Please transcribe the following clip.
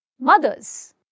Mothers